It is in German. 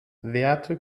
werte